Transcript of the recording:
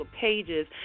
pages